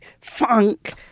funk